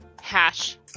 Hash